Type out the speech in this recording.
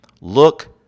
Look